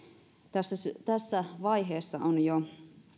tässä vaiheessa on jo